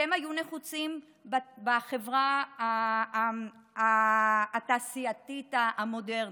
שהיו נחוצים בחברה התעשייתית המודרנית.